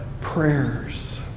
Prayers